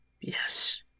Yes